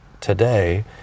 today